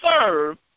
serve